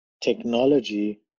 technology